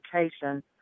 Education